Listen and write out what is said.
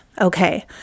Okay